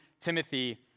Timothy